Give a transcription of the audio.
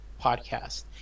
podcast